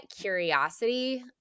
curiosity